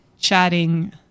chatting